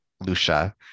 Lucia